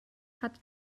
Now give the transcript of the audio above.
hat